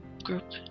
group